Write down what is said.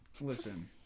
listen